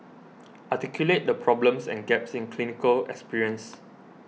articulate the problems and gaps in clinical experience